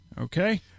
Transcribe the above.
Okay